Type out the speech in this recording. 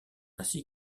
ainsi